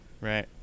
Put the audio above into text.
Right